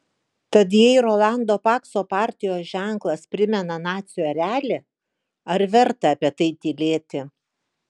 tad jei rolando pakso partijos ženklas primena nacių erelį ar verta apie tai tylėti